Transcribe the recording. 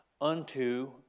unto